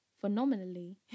phenomenally